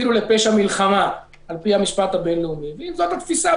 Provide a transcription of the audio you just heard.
אפילו לפשע מלחמה על פי המשפט הבין-לאומי ואם זאת התפיסה,